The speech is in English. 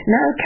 Now